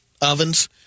ovens